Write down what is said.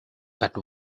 but